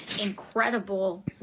incredible